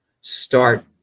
start